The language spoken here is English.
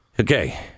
Okay